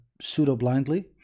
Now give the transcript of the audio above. pseudo-blindly